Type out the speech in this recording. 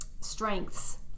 strengths